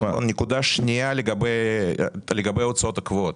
נקודה שנייה לגבי ההוצאות הקבועות.